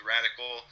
Radical